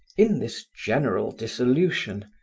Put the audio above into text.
in this general dissolution,